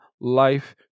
life